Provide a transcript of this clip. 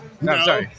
No